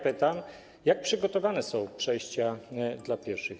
Pytam: Jak przygotowane są przejścia dla pieszych?